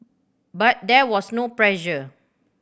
but there was no pressure